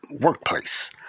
workplace